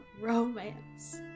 romance